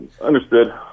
Understood